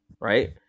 right